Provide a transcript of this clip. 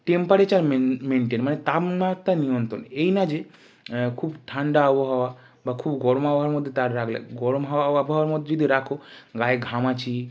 temperature maintain মানে তাপমাত্রা নিয়ন্ত্রণ এই না যে খুব ঠান্ডা আবহাওয়া বা খুব গরম আবহাওয়ার মধ্যে তার রাখলেন গরম হাওয়া আবহাওয়ার মধ্যে যদি রাখো গায়ে ঘামাচি